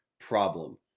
problem